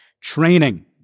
training